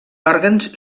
òrgans